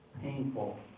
painful